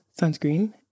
sunscreen